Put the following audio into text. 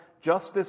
Justice